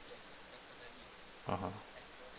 (uh huh)